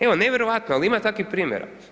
Evo, nevjerojatno ali ima takvih primjera.